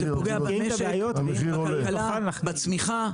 זה פוגע במשק, בכלכלה, בצמיחה.